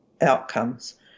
outcomes